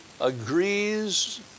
agrees